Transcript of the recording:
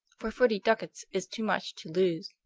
for forty ducats is too much to lose.